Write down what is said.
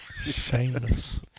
Shameless